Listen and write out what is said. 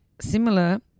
similar